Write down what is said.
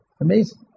Amazing